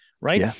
Right